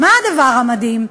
מה הדבר המדהים?